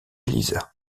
lisa